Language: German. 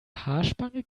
haarspange